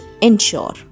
ensure